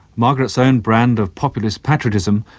margaret's own brand of populist patriotism,